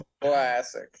Classic